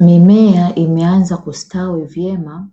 Mimea imeanza kustawi vyema